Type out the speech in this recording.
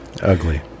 Ugly